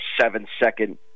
seven-second